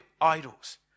idols